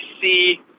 see